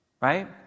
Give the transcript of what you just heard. Right